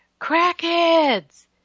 Crackheads